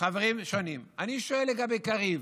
חברים שונים, ואני שואל לגבי קריב.